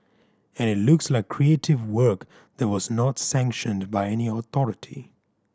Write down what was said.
and it looks like creative work that was not sanctioned by any authority